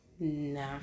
Nah